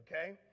okay